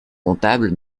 comptable